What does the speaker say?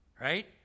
Right